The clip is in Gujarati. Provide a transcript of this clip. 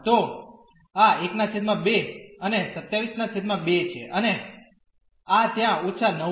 તો આ 12 અને 272 છે અને આ ત્યાં ઓછા 9 છે